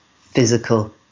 physical